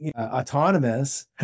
autonomous